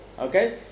Okay